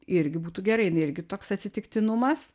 irgi būtų gerai jinai irgi toks atsitiktinumas